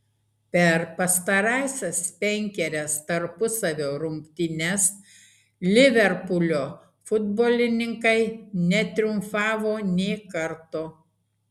per pastarąsias penkerias tarpusavio rungtynes liverpulio futbolininkai netriumfavo nė karto